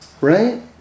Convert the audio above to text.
Right